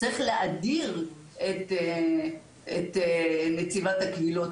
צריך להאדיר את נציבת הקבילות,